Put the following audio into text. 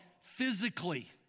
physically